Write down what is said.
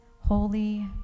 holy